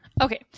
okay